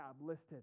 listed